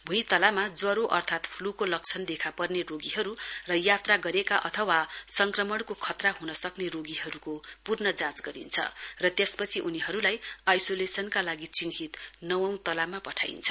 भुई तलामा ज्यवरो अथार्त फ्लू को लक्षण देखा पर्ने रोगीहरू र यात्रा गरेका अथवा संक्रमणको खतरा हुनसक्ने रोगीहरूको पूर्ण जाँच गरिन्छ र त्यसपछि उनीहरूलाई आइसोलेशनका लागि चिन्हित नवौं तलामा पठाइन्छ